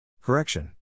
Correction